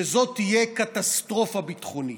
וזאת תהיה קטסטרופה ביטחונית.